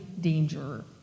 danger